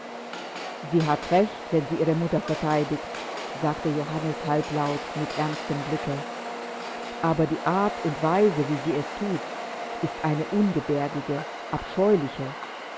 sie hat recht wenn sie ihre mutter verteidigt sagte johannes halblaut mit ernstem blicke aber die art und weise wie sie es thut ist eine ungebärdige abscheuliche